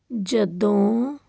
ਜਦੋਂ